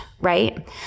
right